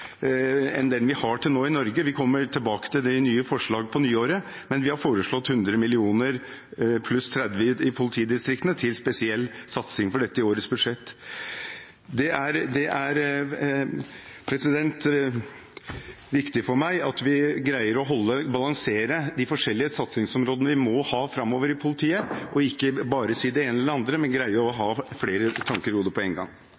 enn den vi har til nå i Norge. Vi kommer tilbake med nye forslag til det på nyåret. Vi har foreslått 100 mill. kr pluss 30 mill. kr i politidistriktene til spesiell satsing på dette i årets budsjett. Det er viktig for meg at vi greier å balansere de forskjellige satsingsområdene vi må ha framover i politiet, ikke bare si det ene eller det andre, men greie å ha flere tanker i hodet på en gang.